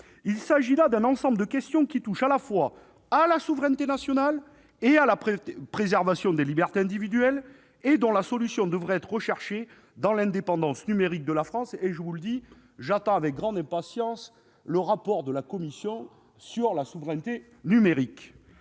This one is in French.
Il s'agit là d'un ensemble de questions qui touchent tant à la souveraineté nationale qu'à la préservation des libertés individuelles ; la solution devrait être recherchée dans l'indépendance numérique de la France. J'attends d'ailleurs avec grande impatience le rapport de la commission d'enquête sur la souveraineté numérique.